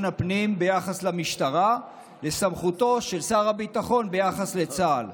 הפנים ביחס למשטרה לסמכותו של שר הביטחון ביחס לצה"ל,